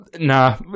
nah